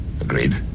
Agreed